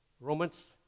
Romans